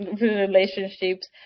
relationships